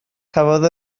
cafodd